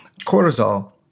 cortisol